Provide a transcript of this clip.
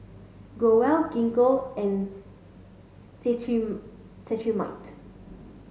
Growell Gingko and Cetrimide